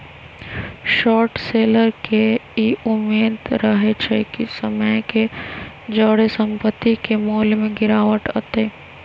short seller के इ उम्मेद रहइ छइ कि समय के जौरे संपत्ति के मोल में गिरावट अतइ